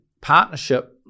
partnership